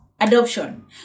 adoption